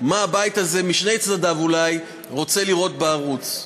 מה הבית הזה, משני צדדיו, אולי רוצה לראות בערוץ: